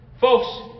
Folks